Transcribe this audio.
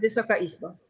Wysoka Izbo!